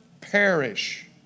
perish